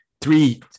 three